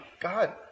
God